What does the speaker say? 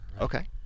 Okay